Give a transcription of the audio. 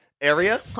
area